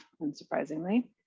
unsurprisingly